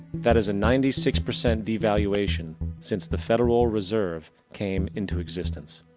that is a ninety six percent devaluation since the federal reserve came into existence.